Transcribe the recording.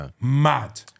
mad